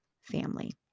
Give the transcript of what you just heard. family